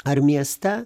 ar mieste